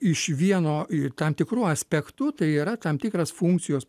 iš vieno ir tam tikru aspektu tai yra tam tikras funkcijos